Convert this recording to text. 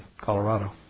Colorado